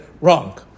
wrong